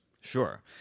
Sure